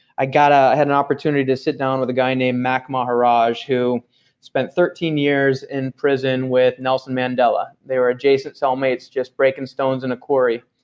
i ah had an opportunity to sit down with a guy named mack maharaj who spent thirteen years in prison with nelson mendela. they were adjacent cellmates, just breaking stones in a quarry.